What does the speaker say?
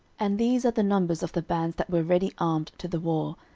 and these are the numbers of the bands that were ready armed to the war,